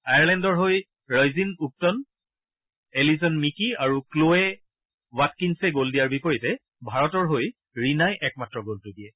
আয়াৰলেণ্ডৰ হৈ Roisin Upton Alison Meeke আৰু ক্লৱে ৱাটকিন্ছে গ'ল দিয়াৰ বিপৰীতে ভাৰতৰ হৈ ৰীণাই একমাত্ৰ গ'লটো দিয়ে